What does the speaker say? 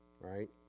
right